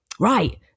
Right